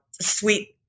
sweet